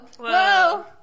whoa